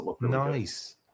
Nice